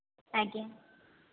ଆଜ୍ଞା